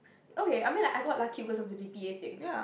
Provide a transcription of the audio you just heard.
okay I mean like I got lucky because of the D_P_A thing